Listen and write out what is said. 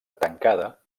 tancada